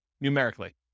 numerically